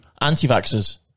anti-vaxxers